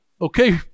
okay